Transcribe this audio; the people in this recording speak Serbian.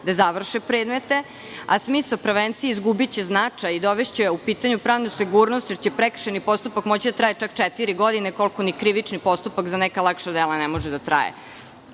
da završe predmete, a smisao prevencije će izgubiti značaj i dovešće u pitanje pravnu sigurnost jer će prekršajni postupak moći da traje čak četiri godine, koliko ni krivični postupak za neka lakša dela ne može da traje. Mislim